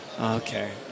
Okay